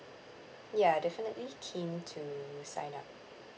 ya definitely keen to sign up